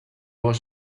was